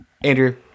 Andrew